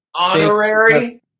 Honorary